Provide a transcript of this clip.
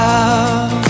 Love